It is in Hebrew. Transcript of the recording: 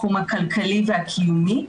הכלכלי והקיומי.